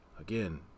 again